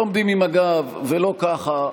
לא עומדים עם הגב, לא ככה.